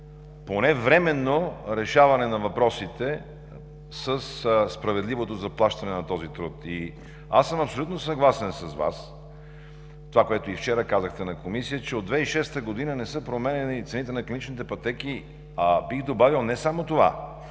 поне временно решаване на въпросите със справедливото заплащане на този труд. Аз съм абсолютно съгласен с Вас, с това, което и вчера казахте на Комисията, че от 2006 г., не са променяни и цените на клиничните пътеки, а бих добавил: и не само това.